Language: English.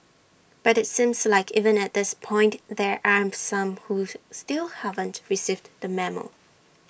but IT seems like even at this point there are some who still haven't received the memo